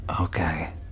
okay